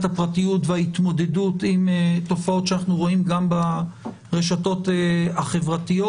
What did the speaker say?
הפרטיות וההתמודדות עם תופעות שאנחנו רואים גם ברשתות החברתיות,